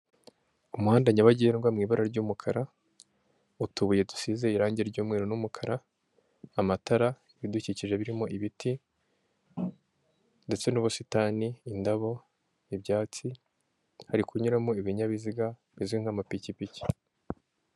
Umuhanda nyabagendwa mu ibara ry'umukara, utubuye dusize irange ry'umweru n'umukara, amatara, ibidukikije birimo ibiti ndetse n'ubusitani, indabo, ibyatsi, hari kunyuramo ibinyabiziga bimeze nk'amapikipiki.